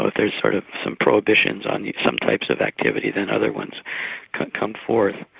but there's sort of some prohibitions on some types of activity than other ones can come forth.